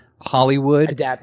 Hollywood